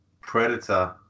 Predator